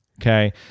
Okay